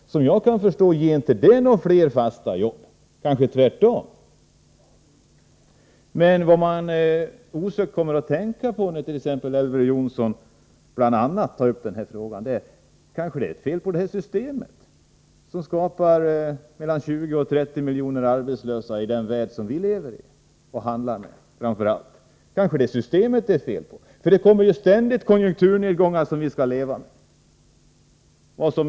Efter vad jag kan förstå ger det inte några flera fasta jobb, kanske tvärtom. Vad man osökt kommer att tänka på, när Elver Jonsson tar upp denna fråga, är: Kanske det är fel på systemet, när det skapar 20-30 miljoner arbetslösa i den värld som vi lever ioch handlar med. Det kommer ju ständigt konjunkturnedgångar som vi skall leva med.